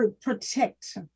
protect